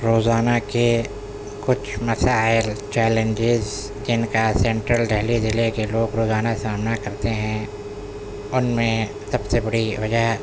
روزانہ کے کچھ مسائل چیلنجز جن کا سینٹرل دہلی ضلع کے لوگ روزانہ سامنا کرتے ہیں ان میں سب سے بڑی وجہ